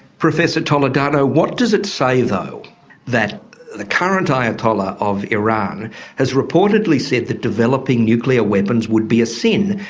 professor toledano what does it say though that the current ayatollah of iran has reportedly said that developing nuclear weapons would be a sin.